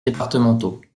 départementaux